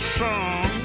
song